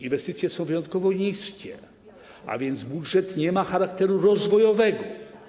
Inwestycje są wyjątkowo niskie, a więc budżet nie ma charakteru rozwojowego.